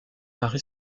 mari